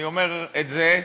אני אומר את זה,